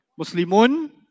Muslimun